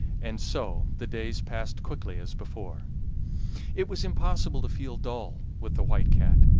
and so the days passed quickly as before it was impossible to feel dull with the white cat,